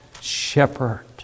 shepherd